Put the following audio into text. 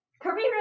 Kirby